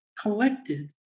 collected